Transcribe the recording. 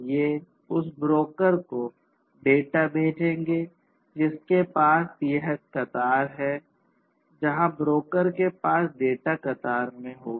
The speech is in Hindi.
ये उस ब्रोकर को डेटा भेजेंगे जिसके पास यह कतार है जहाँ ब्रोकर के पास डेटा कतार में होगा